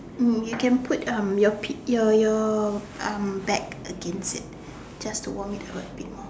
um you can put um your pi~ your your um back against it just to warm it up a bit more